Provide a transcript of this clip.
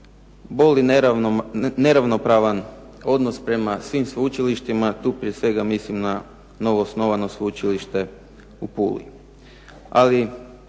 boli neravnopravan odnos prema svim sveučilištima. Tu prije svega mislim na novoosnovano Sveučilište u Puli.